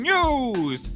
News